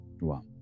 Wow